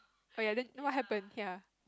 oh ya then what happen ya